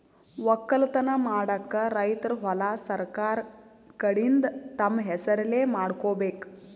ವಕ್ಕಲತನ್ ಮಾಡಕ್ಕ್ ರೈತರ್ ಹೊಲಾ ಸರಕಾರ್ ಕಡೀನ್ದ್ ತಮ್ಮ್ ಹೆಸರಲೇ ಮಾಡ್ಕೋಬೇಕ್